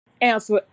answer